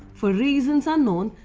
for reasons unknown,